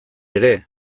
ere